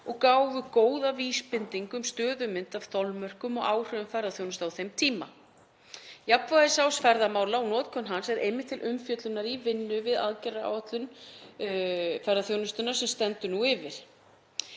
og gáfu góða vísbendingu um stöðumynd af þolmörkum og áhrifum ferðaþjónustu á þeim tíma. Jafnvægisás ferðamála og notkun hans er einmitt til umfjöllunar í vinnu við aðgerðaáætlun ferðaþjónustunnar sem stendur nú yfir.